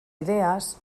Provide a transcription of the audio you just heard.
idees